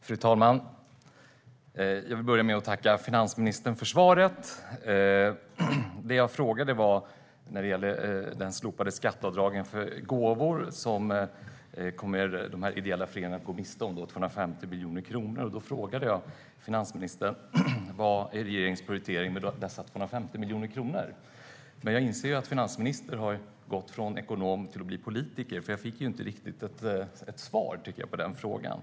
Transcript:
Fru talman! Jag vill börja med att tacka finansministern för svaret. När det gäller det slopade skatteavdraget för gåvor som de ideella föreningarna kommer att gå miste om, 250 miljoner kronor, frågade jag finansministern vad som är regeringens prioritering med dessa 250 miljoner kronor. Jag inser att finansministern har gått från att vara ekonom till att bli politiker, för jag tycker inte riktigt att jag fick svar på den frågan.